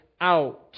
out